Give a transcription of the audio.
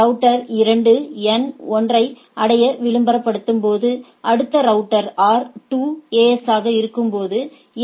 router 2 N 1 ஐ அடைய விளம்பரப்படுத்தும்போது அடுத்த ரவுட்டர் R 2 AS ஆக இருக்கும்போது எ